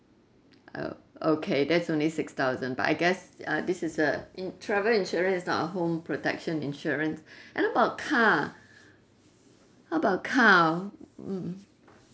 oh okay that's only six thousand but I guess uh this is uh in~ travel insurance it's not a home protection insurance and about car how about car mm